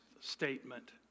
statement